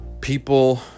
People